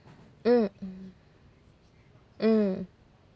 mm mm